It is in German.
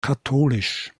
katholisch